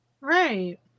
Right